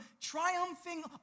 triumphing